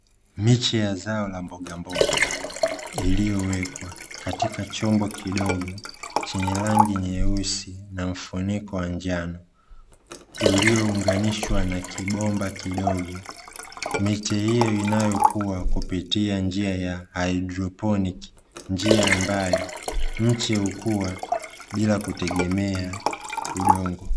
Miche ya zao la mbogamboga iliyowekwa katika chombo kidogo chenye rangi nyeusi na mfuniko wa njano uliyoonganishwa na kibomba kidogo, miche hiyo inayokua kupitia njia ya haidroponiki, njia ambayo mche hukua bila kutegemea udongo.